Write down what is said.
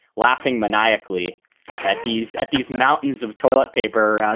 laughing maniacally at these at these mountains of toilet paper.